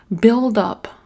buildup